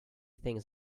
things